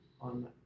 on